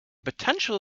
potential